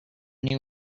new